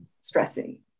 stressing